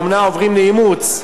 מאומנה עוברים לאימוץ,